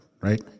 right